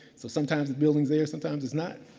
so sometimes the building's there. sometimes it's not.